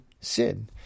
sin